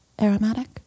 aromatic